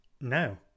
No